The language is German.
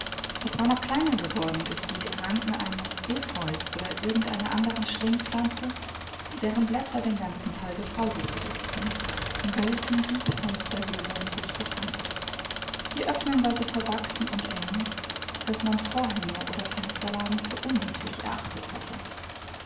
es war noch kleiner geworden durch die ranken eines epheus oder irgend einer anderen schlingpflanze deren blätter den ganzen teil des hauses bedeckten in welchem diese fensterhöhlung sich befand die öffnung war so verwachsen und eng daß man vorhänge oder fensterladen für unnötig erachtet hatte